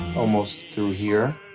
almost through here?